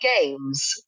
games